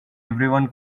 everyone